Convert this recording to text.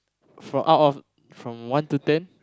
from out of from one to ten